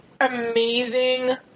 amazing